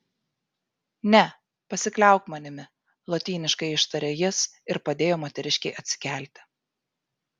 ne pasikliauk manimi lotyniškai ištarė jis ir padėjo moteriškei atsikelti